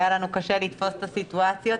והיה לנו קשה לתפוס את הסיטואציות.